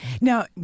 now